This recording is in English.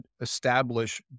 establish